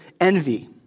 envy